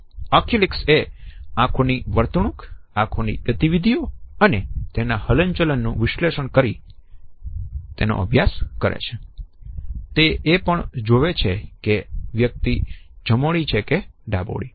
oculesics એ આંખોની વર્તણૂક આંખોની ગતિવિધિઓ અને તેના હલનચલન નું વિશ્લેષણ કરીને તેનો અભ્યાસ કરે છે તે એ પણ જોવે છે કે વ્યક્તિ જમોણી છે કે ડાબોડી છે